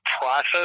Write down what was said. process